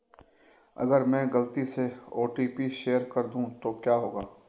अगर मैं गलती से ओ.टी.पी शेयर कर दूं तो क्या होगा?